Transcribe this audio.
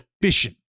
efficient